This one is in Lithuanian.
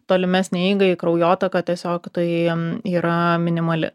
tolimesnei eigai į kraujotaką tiesiog tai yra minimali